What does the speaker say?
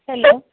hello